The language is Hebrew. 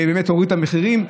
ובאמת הוריד את המחירים,